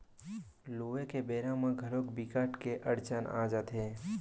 लूए के बेरा म घलोक बिकट के अड़चन आ जाथे